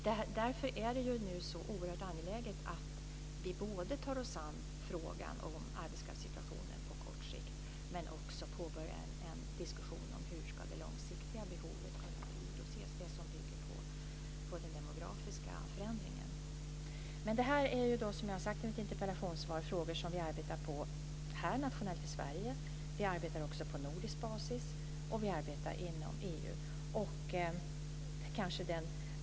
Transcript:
Därför är det nu så oerhört angeläget att vi både tar oss an frågan om arbetskraftssituationen på kort sikt och även påbörjar en diskussion om hur det långsiktiga behovet ska tillgodoses, det som bygger på den demografiska förändringen. Det här är, som jag har sagt i mitt interpellationssvar, frågor som vi arbetar med nationellt här i Sverige. Vi arbetar också på nordisk basis, och vi arbetar inom EU.